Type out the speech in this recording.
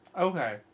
Okay